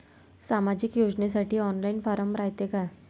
सामाजिक योजनेसाठी online form रायते का?